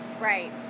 Right